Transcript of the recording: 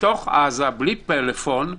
בתוך עזה בלי פלאפון,